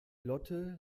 lotte